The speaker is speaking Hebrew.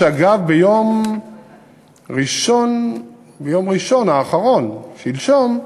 ואגב, ביום ראשון האחרון, שלשום,